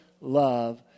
love